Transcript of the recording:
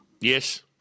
Yes